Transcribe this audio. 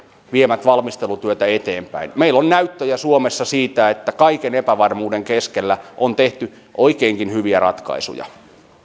vievät valmistelutyötä eteenpäin meillä on näyttöjä suomessa siitä että kaiken epävarmuuden keskellä on tehty oikeinkin hyviä ratkaisuja